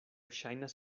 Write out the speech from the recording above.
ŝajnas